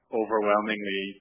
overwhelmingly